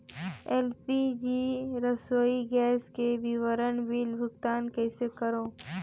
LPG रसोई gas के विवरण बिल भुगतान कइसे करों?